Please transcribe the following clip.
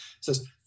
says